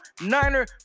Niner